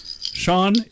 Sean